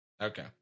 okay